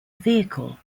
vehicle